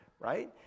right